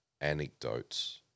anecdotes